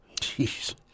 Jeez